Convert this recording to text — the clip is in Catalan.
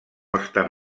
estan